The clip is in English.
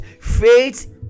faith